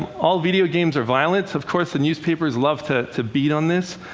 all video games are violent. of course the newspapers love to to beat on this.